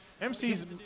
MC's